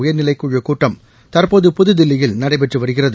உயர்நிலைக் குழுக் கூட்டம் தற்போது புதுதில்லியில் நடைபெற்று வருகிறது